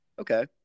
okay